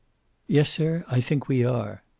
yes, sir. i think we are.